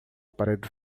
parede